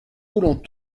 voulons